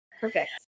Perfect